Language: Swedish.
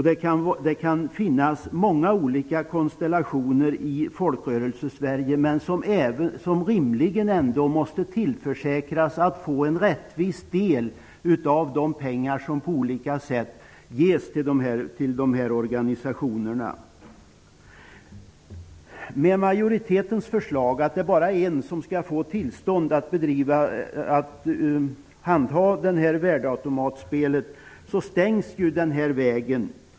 Det kan finnas många olika sammanslutningar i Folkrörelsesverige som rimligen ändå bör tillförsäkras en rättvis del av de pengar som ges till folkrörelserna. Genom majoritetens förslag att bara ett enda tillstånd att handha värdeautomatspel skall ges stängs denna väg.